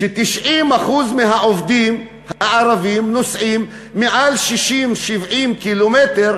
ו-90% מהעובדים הערבים נוסעים יותר מ-70-60 ק"מ